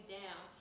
down